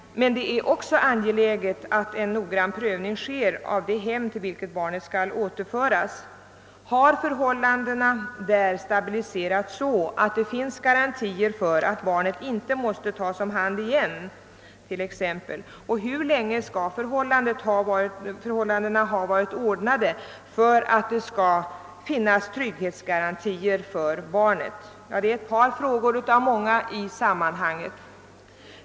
Men det är också angeläget att det sker en noggrann prövning av det hem och de föräldrar till vilket barnet skall återföras. Ett problem är t.ex. om förhållandena stabiliserats så, att det finns garantier för att barnet inte måste tas om hand igen, och en annan fråga är hur länge förhållandena bör ha varit ordnade för att man skall kunna anse att det finns trygghetsgarantier för barnet. Detta är bara ett par frågor i sammanhanget.